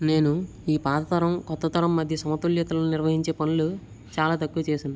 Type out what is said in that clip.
నేను ఈ పాత తరం కొత్త తరం మధ్య సమతుల్యతను నిర్వహించే పనులు చాలా తక్కువ చేశాను